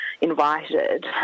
invited